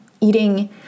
eating